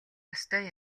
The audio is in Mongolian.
ёстой